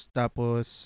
tapos